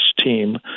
team